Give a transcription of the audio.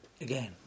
again